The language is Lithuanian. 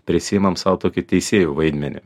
prisiimam sau tokį teisėjų vaidmenį